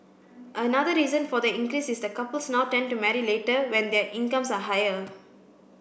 another reason for the increase is that couples now tend to marry later when their incomes are higher